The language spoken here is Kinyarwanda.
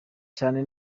cyane